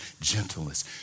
gentleness